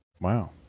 Wow